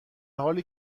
حالی